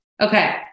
Okay